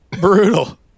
Brutal